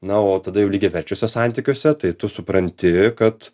na o tada jau lygiaverčiuose santykiuose tai tu supranti kad